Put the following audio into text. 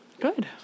Good